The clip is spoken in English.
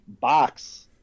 box